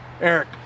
Eric